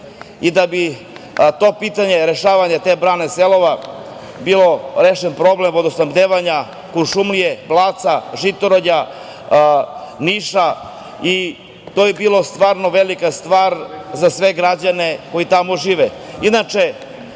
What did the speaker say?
i da bi to pitanje, rešavanje te brane „Selova“ bilo rešen problem vodosnabdevanja Kuršumlije, Blaca, Žitorađa, Niša i to bi bilo stvarno velika stvar za sve građane koji tamo žive. To